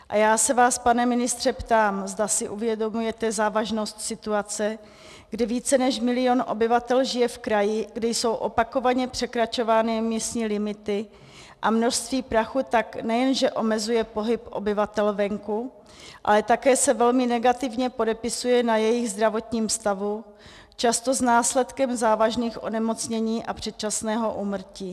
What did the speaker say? A já se vás, pane ministře, ptám, zda si uvědomujete závažnost situace, kdy více než milion obyvatel žije v kraji, kde jsou opakovaně překračovány místní limity, a množství prachu tak nejenže omezuje pohyb obyvatel venku, ale také se velmi negativně podepisuje na jejich zdravotním stavu, často s následkem závažných onemocnění a předčasného úmrtí.